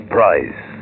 Price